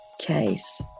case